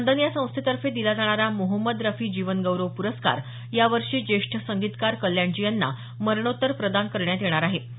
स्पंदन या संस्थेतर्फे दिला जाणारा मोहम्मद रफी जीवनगौरव पुरस्कार यावर्षी ज्येष्ठ संगीतकार कल्याणजी यांना मरणोत्तर प्रदान करण्यात येणार आहे